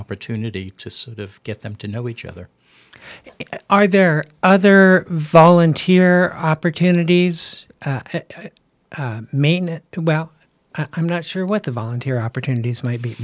opportunity to sort of get them to know each other are there other volunteer opportunities mayne well i'm not sure what the volunteer opportunities m